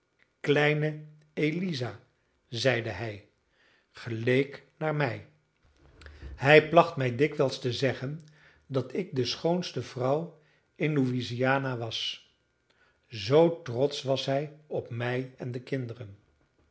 kleine eliza zeide hij geleek naar mij hij placht mij dikwijls te zeggen dat ik de schoonste vrouw in louisiana was zoo trotsch was hij op mij en de kinderen